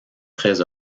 très